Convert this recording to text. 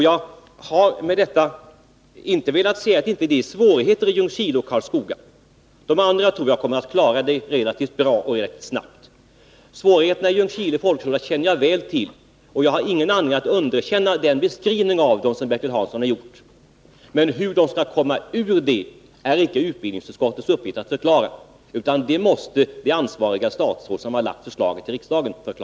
Jag har med detta inte velat säga att det inte finns vissa svårigheter i Ljungskile och Karlskoga. De andra skolorna tror jag kommer att klara sina svårigheter relativt bra och rätt snabbt. Svårigheterna vid Ljungskile folkhögskola känner jag emellertid väl till, och jag har ingen anledning att underkänna den beskrivning av dem som Bertil Hansson har gjort. Men hur skolorna skall komma ur dem är inte utbildningsutskottets uppgift att förklara. Det måste det ansvariga statsrådet, som har lagt fram förslaget, göra.